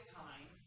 time